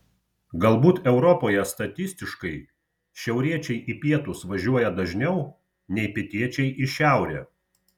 galbūt europoje statistiškai šiauriečiai į pietus važiuoja dažniau nei pietiečiai į šiaurę